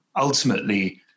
ultimately